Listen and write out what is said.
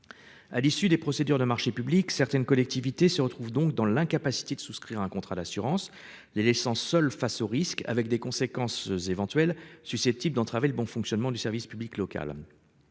À l'issue des procédures de marchés publics, certaines collectivités se retrouve donc dans l'incapacité de souscrire un contrat d'assurance, les laissant seuls face aux risques avec des conséquences éventuelles susceptible d'entraver le bon fonctionnement du service public local.